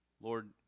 Lord